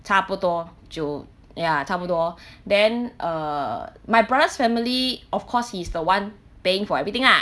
差不多九 ya 差不多 then err my brother's family of course he's the [one] paying for everything ah